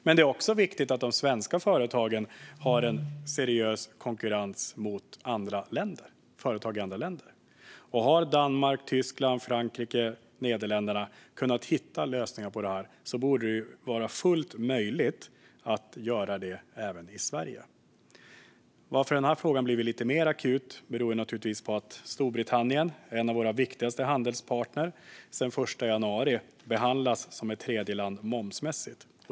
Men det är också viktigt att de svenska företagen har en seriös konkurrens mot företag i andra länder, och har Danmark, Tyskland, Frankrike och Nederländerna kunnat hitta lösningar på det här borde det vara fullt möjligt att göra det även i Sverige. Att den här frågan har blivit lite mer akut beror på att Storbritannien, en av våra viktigaste handelspartner, sedan den 1 januari momsmässigt behandlas som ett tredjeland.